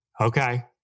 Okay